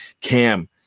Cam